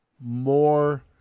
more